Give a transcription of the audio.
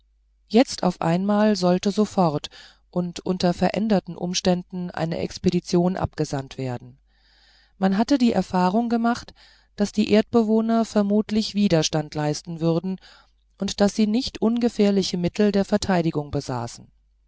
jetzt auf einmal sollte sofort und unter veränderten umständen eine expedition abgesandt werden man hatte die erfahrung gemacht daß die erdbewohner vermutlich widerstand leisten würden und daß sie nicht ungefährliche mittel der verteidigung besaßen